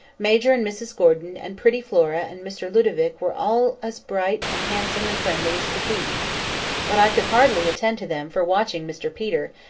major and mrs gordon and pretty flora and mr ludovic were all as bright and handsome and friendly as could be but i could hardly attend to them for watching mr peter,